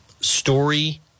story